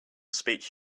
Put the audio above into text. speech